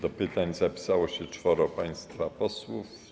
Do pytań zapisało się czworo państwa posłów.